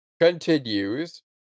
continues